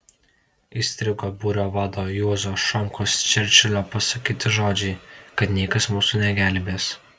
įstrigo būrio vado juozo šomkos čerčilio pasakyti žodžiai kad niekas mūsų negelbės